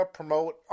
promote